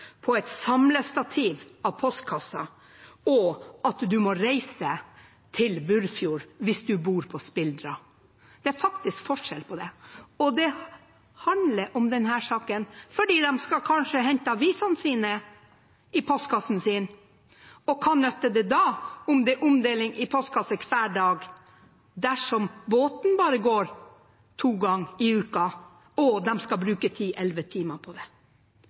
på et samlestativ med postkasser og det at man må reise til Burfjord hvis man bor på Spildra. Det er faktisk forskjell på det. Og det handler denne saken om, for de skal kanskje hente avisene sine i postkassen sin, og hva nytter det da om det er omdeling i postkassene hver dag dersom båten bare går to ganger i uka og de skal bruke ti–elleve timer på det?